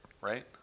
right